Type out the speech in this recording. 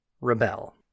rebel